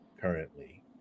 currently